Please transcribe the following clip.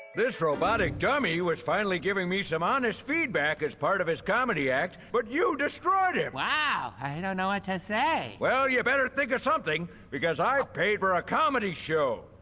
this robotic dummy was finally giving me some honest feedback as part of his comedy act, but you destroyed him! wow. i don't know what to say. well you better think of something because i paid for a comedy show!